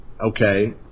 okay